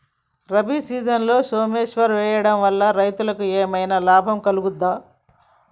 రబీ సీజన్లో సోమేశ్వర్ వేయడం వల్ల రైతులకు ఏమైనా లాభం కలుగుద్ద?